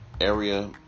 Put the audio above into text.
area